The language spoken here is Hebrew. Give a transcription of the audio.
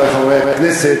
חברי חברי הכנסת,